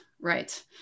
Right